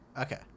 Okay